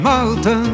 Malta